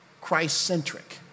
Christ-centric